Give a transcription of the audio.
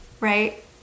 Right